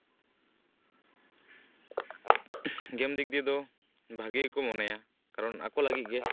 ᱜᱮᱢ ᱫᱤᱠ ᱫᱤᱭᱮ ᱫᱚ ᱵᱷᱟᱜᱮ ᱜᱮᱠᱚ ᱢᱚᱱᱮᱭᱟ ᱠᱟᱨᱚᱱ ᱟᱠᱚ ᱞᱟᱹᱜᱤᱫ ᱜᱮ